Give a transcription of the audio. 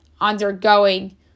undergoing